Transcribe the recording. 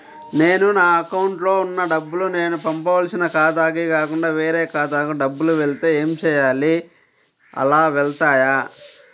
నేను నా అకౌంట్లో వున్న డబ్బులు నేను పంపవలసిన ఖాతాకి కాకుండా వేరే ఖాతాకు డబ్బులు వెళ్తే ఏంచేయాలి? అలా వెళ్తాయా?